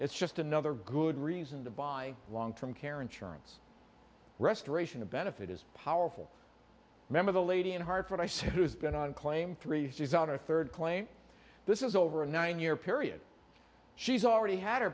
it's just another good reason to buy long term care insurance restoration a benefit is powerful remember the lady in hartford i said who's been on claim three she's on her third claim this is over a nine year period she's already had her